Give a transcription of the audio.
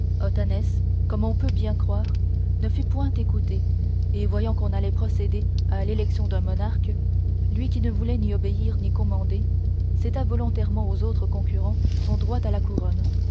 comme on peut bien croire ne fut pointé écouté et voyant qu'on allait procéder à l'élection d'un monarque lui qui ne voulait ni obéir ni commander céda volontairement aux autres concurrents son droit à la couronne